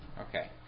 Okay